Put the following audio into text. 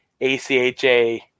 ACHA